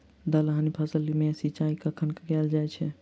दलहनी फसल मे सिंचाई कखन कैल जाय छै?